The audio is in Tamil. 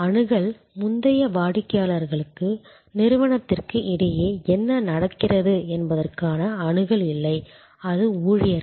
அணுகல் முந்தைய வாடிக்கையாளர்களுக்கு நிறுவனத்திற்கு இடையே என்ன நடக்கிறது என்பதற்கான அணுகல் இல்லை அது ஊழியர்கள்